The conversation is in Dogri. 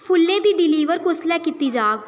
फुल्लें दी डिलीवर कुसलै कीती जाह्ग